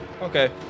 Okay